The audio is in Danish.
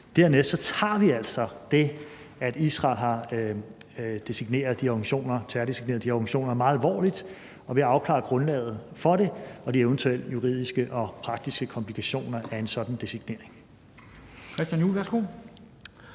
Dernæst tager vi altså det, at Israel har terrordesigneret de organisationer, meget alvorligt, og vil afklare grundlaget for det og de eventuelle juridiske og praktiske komplikationer af en sådan designering. Kl.